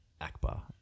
Akbar